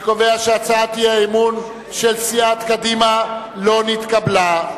אני קובע שהצעת האי-אמון של סיעת קדימה לא נתקבלה.